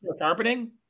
carpeting